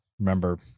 Remember